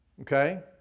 Okay